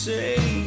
say